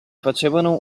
facevano